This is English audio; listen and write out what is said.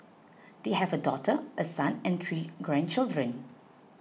they have a daughter a son and three grandchildren